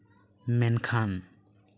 ᱢᱮᱱ ᱠᱷᱟᱱ